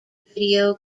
video